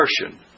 immersion